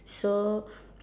so